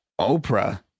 Oprah